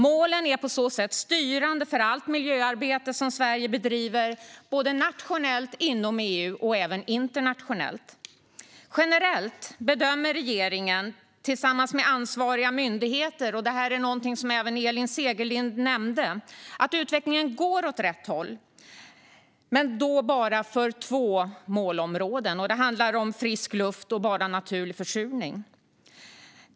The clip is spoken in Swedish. Målen är på så sätt styrande för allt miljöarbete som Sverige bedriver nationellt, inom EU och internationellt. Generellt bedömer regeringen, tillsammans med ansvariga myndigheter - detta är något som även Elin Segerlind nämnde - att utvecklingen går åt rätt håll bara för två målområden. Det handlar om målen Frisk luft och Bara naturlig försurning.